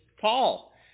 Paul